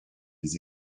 les